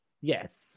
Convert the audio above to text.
Yes